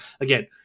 Again